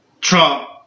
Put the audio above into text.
Trump